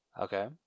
Okay